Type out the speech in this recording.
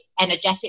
energetic